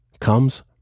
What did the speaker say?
comes